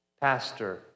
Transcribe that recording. pastor